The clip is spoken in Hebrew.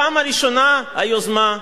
בפעם הראשונה היוזמה,